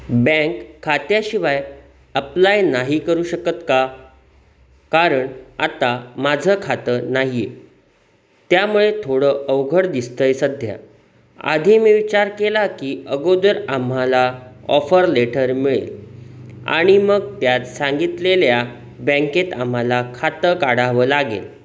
bank खात्याशिवाय apply नाही करू शकत का कारण आता माझं खातं नाही आहे त्यामुळे थोडं अवघड दिसत आहे सध्या आधी मी विचार केला की अगोदर आम्हाला ऑफर लेठर मिळेल आणि मग त्यात सांगितलेल्या बँकेत आम्हाला खातं काढावं लागेल